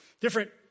different